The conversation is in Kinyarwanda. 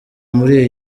muri